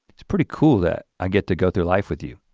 it's pretty cool that i get to go through life with you.